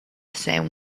same